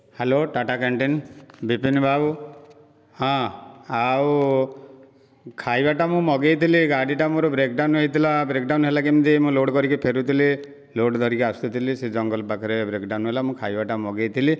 hello Tata canteen Bipin ବାବୁ ହଁ ଆଉ ଖାଇବାଟା ମୁଁ ମଗାଇ ଥିଲି ଗାଡ଼ିଟା ମୋର ବ୍ରେକଡାଉନ ହୋଇଥିଲା ବ୍ରେକଡାଉନ ହେଲା କେମିତି ମୁଁ ଲୋଡ଼ କରିକି ଫେରୁ ଥିଲି ଲୋଡ଼ ଧରିକି ଆସୁଥିଲି ସେ ଜଙ୍ଗଲ ପାଖରେ ବ୍ରେକଡାଉନ ହେଲା ମୁଁ ଖାଇବାଟା ମଗେଇ ଥିଲି